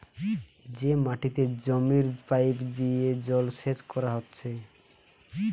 যে মাটিতে জমির পাইপ দিয়ে জলসেচ কোরা হচ্ছে